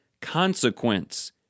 consequence